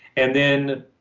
and then,